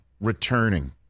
returning